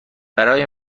برای